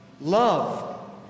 love